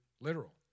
literal